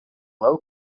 low